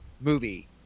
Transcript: movie